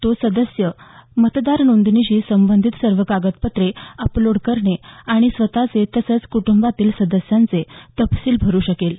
तो सदस्या मतदार नोंदणीशी संबंधित सर्व कागदपत्रे अपलोड करणे आणि स्वतःचे तसचं कुटुंबातील सदस्यांचे तपशील भरु शकेल